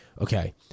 okay